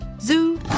Zoo